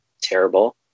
terrible